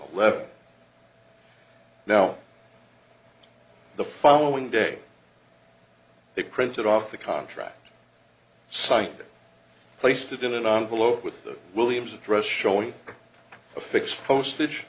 eleven now the following day they printed off the contract signed it placed it in an on below with the williams address showing a fixed postage